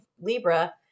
libra